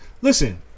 listen